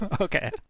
Okay